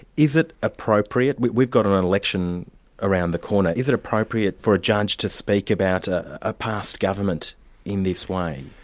is it appropriate? we've we've got an election around the corner. is it appropriate for a judge to speak about a past government in this way?